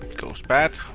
goes bad,